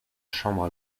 chambre